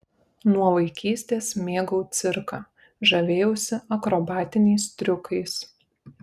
nuo vaikystės mėgau cirką žavėjausi akrobatiniais triukais